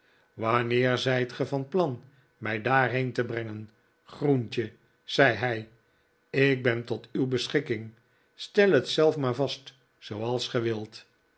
wanneer zijt ge van plan mij daarheen te brengen groentje zei hij ik ben tot uw beschikking stel het zelf maar vast zooals